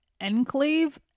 enclave